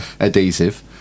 adhesive